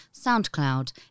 SoundCloud